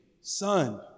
son